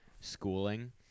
schooling